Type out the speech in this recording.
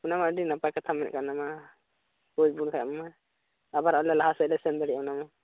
ᱚᱱᱟᱢᱟ ᱟᱹᱰᱤ ᱱᱟᱯᱟᱭ ᱠᱟᱛᱷᱟᱢ ᱢᱮᱱᱮᱫ ᱠᱟᱱ ᱚᱱᱟᱢᱟ ᱦᱩᱭ ᱞᱮᱱᱢᱟ ᱟᱵᱟᱨ ᱟᱞᱮ ᱞᱟᱦᱟ ᱥᱮᱫᱞᱮ ᱥᱮᱱ ᱫᱟᱲᱮᱭᱟᱜᱼᱟ ᱚᱱᱟᱢᱟ